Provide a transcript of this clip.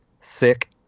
sick